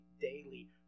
daily